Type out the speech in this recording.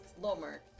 lomer